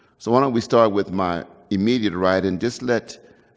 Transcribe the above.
so why don't we start with my immediate right, and just let